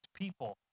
people